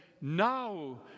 now